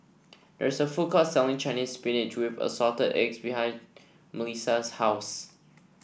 there is a food court selling Chinese Spinach with Assorted Eggs behind MelissiA's house